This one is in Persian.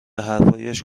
حرفهایشان